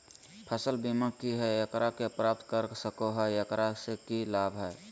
फसल बीमा की है, एकरा के प्राप्त कर सको है, एकरा से की लाभ है?